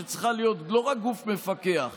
שצריכה להיות לא רק גוף מפקח אלא,